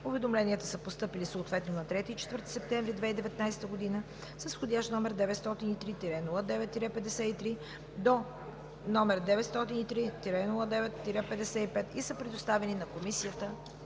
Уведомленията са постъпили съответно на 3 и 4 септември 2019 г. с входящи номера от 903-09-53 до 903-09-55 и са предоставени на Комисията